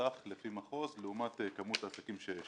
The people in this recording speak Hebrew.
שנפתח לפי מחוז לעומת כמות העסקים שקיימת.